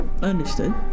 understood